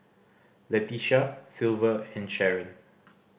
Leticia Silver and Sharon